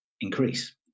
increase